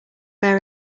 bear